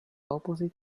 opposite